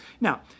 Now